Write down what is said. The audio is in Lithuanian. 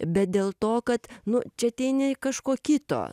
bet dėl to kad nu čia ateini kažko kito